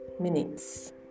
minutes